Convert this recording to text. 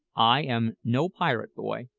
i am no pirate, boy,